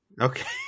Okay